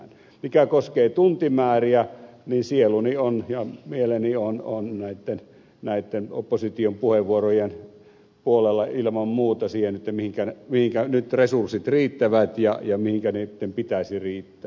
mikä koskee tuntimääriä niin sieluni ja mieleni on näitten opposition puheenvuorojen puolella ilman muuta siinä mihinkä nyt resurssit riittävät ja mihinkä niitten pitäisi riittää